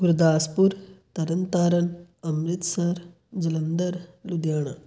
Gurdaspur Tarn Taran Amritsar Jalandhar Ludhiana